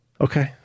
Okay